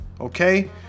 okay